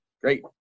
Great